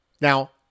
Now